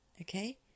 Okay